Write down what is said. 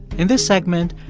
in this segment,